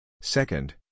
Second